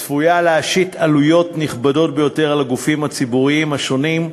צפויה להשית עלויות נכבדות ביותר על הגופים הציבוריים השונים,